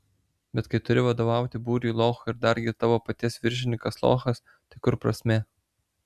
bet kai turi vadovauti būriui lochų ir dargi tavo paties viršininkas lochas tai kur prasmė